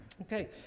Okay